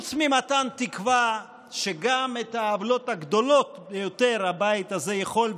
חוץ ממתן תקווה שגם את העוולות הגדולות הבית הזה יכול,